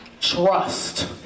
Trust